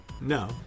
No